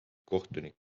kohtunik